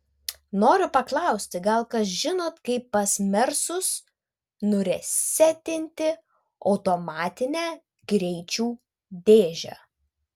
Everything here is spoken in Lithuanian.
noriu paklausti gal kas žinot kaip pas mersus nuresetinti automatinę greičių dėžę